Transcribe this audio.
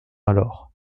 alors